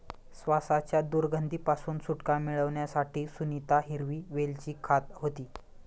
श्वासाच्या दुर्गंधी पासून सुटका मिळवण्यासाठी सुनीता हिरवी वेलची खात होती